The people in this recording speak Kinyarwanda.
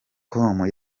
com